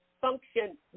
function